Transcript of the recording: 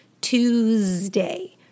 Tuesday